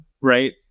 right